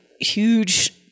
huge